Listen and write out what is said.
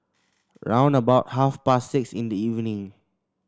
round about half past six in the evening